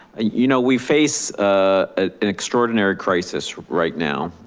you know, we face ah an extraordinary crisis right now.